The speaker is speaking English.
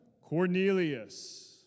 Cornelius